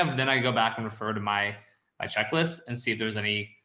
um then i go back and refer to my my checklist and see if there's any.